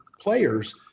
players